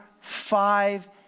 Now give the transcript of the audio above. five